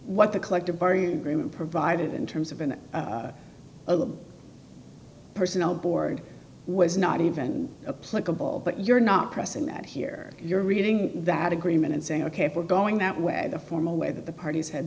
what the collective bargaining agreement provided in terms of an ovum personnel board was not even a playable but you're not pressing that here you're reading that agreement and saying ok we're going that way the formal way that the parties had